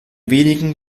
wenigen